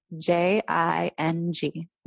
J-I-N-G